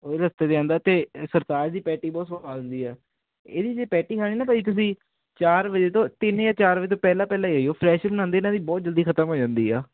ਰਸਤੇ ਤੇ ਆਂਦਾ ਤੇ ਸਰਤਾਜ ਦੀ ਪੈਟੀ ਬਹੁਤ ਸੁਆਦ ਹੁੰਦੀ ਆ ਇਹਦੀ ਜੇ ਪੈਟੀ ਖਾਣੀ ਤੁਸੀਂ ਚਾਰ ਵਜੇ ਤੋਂ ਤਿੰਨ ਜਾਂ ਚਾਰ ਵਜੇ ਤੋਂ ਪਹਿਲਾਂ ਪਹਿਲਾਂ ਹੀ ਫਰੈਸ਼ ਬਣਾਉਂਦੇ ਇਹਨਾਂ ਦੀ ਬਹੁਤ ਜਲਦੀ ਖਤਮ ਹੋ ਜਾਂਦੀ ਆ